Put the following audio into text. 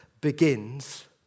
begins